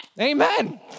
amen